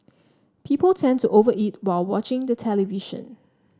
people tend to over eat while watching the television